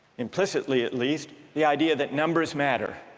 implicitly at least, the idea that numbers matter